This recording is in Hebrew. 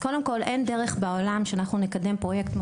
אין דרך בעולם שאנחנו נקדם פרויקט כמו